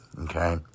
okay